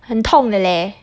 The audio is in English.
很痛的 leh